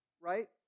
right